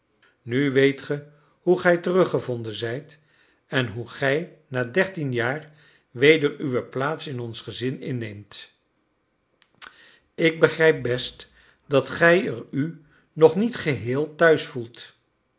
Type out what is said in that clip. nu weet ge hoe gij teruggevonden zijt en hoe gij na dertien jaar weder uwe plaats in ons gezin inneemt ik begrijp best dat gij er u nog niet geheel thuis gevoelt